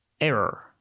error